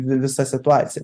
vi visa situacija